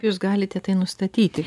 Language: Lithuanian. jūs galite tai nustatyti